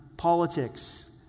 politics